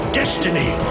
destiny